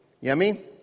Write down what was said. Yummy